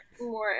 more